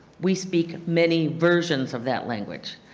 we speak many versions of that language.